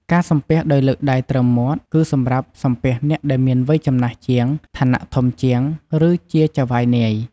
ការសំពះដោយលើកដៃត្រឹមមាត់ គឺសម្រាប់សំពះអ្នកដែលមានវ័យចំណាស់ជាង ឋានៈធំជាង ឬជាចៅហ្វាយនាយ។